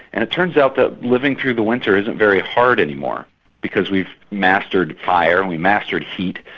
and it turns out that living through the winter isn't very hard anymore because we've mastered fire and we mastered heat.